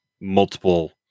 multiple